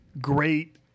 great